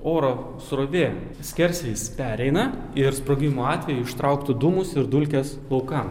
oro srovė skersvėjis pereina ir sprogimo atveju ištrauktų dūmus ir dulkes laukan